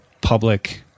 public